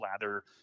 lather